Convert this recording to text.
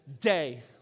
day